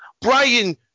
Brian